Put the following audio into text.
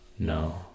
no